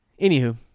Anywho